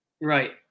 Right